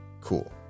cool